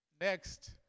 Next